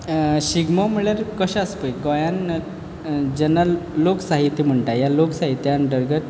शिगमो म्हणल्यार कशें आसा पय गोंयान जेन्ना लोकसाहित्य म्हणटा ह्या लोकसाहित्या अंतर्गत